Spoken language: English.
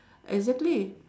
exactly